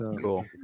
Cool